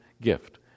gift